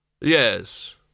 yes